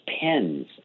pens